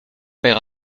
père